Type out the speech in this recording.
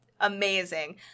amazing